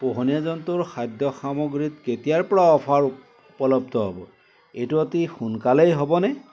পোহনীয়া জন্তুৰ খাদ্য সামগ্ৰীত কেতিয়াৰ পৰা অফাৰ উপ উপলব্ধ হ'ব এইটো অতি সোনকালেই হ'বনে